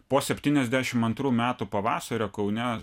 po septyniasdešimt antrų metų pavasario kaune